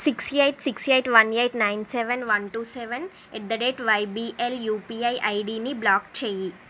six eight six eight one eight nine seven one two seven at the rate YBL UPI ID ని block చేయి